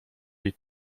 jej